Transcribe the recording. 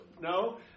No